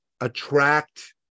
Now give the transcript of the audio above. Attract